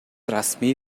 расмий